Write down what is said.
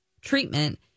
treatment